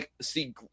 see